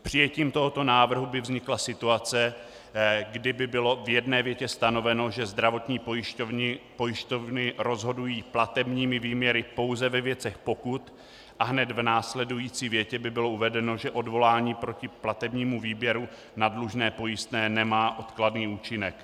Přijetím tohoto návrhu by vznikla situace, kdy by bylo v jedné větě stanoveno, že zdravotní pojišťovny rozhodují platebními výměry pouze ve věcech pokut, a hned v následující větě by bylo uvedeno, že odvolání proti platebnímu výměru na dlužné pojistné nemá odkladný účinek.